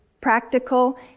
practical